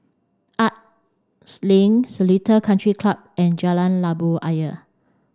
Arts Link Seletar Country Club and Jalan Labu Ayer